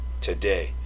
today